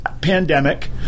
pandemic